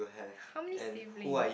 how many sibling